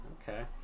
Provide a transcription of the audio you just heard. Okay